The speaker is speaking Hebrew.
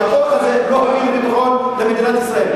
שהכוח הזה לא מביא ביטחון למדינת ישראל,